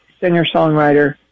singer-songwriter